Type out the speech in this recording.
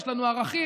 יש לנו ערכים,